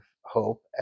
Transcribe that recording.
hope